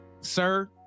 sir